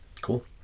cool